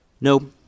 No